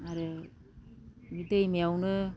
आरो दैमायावनो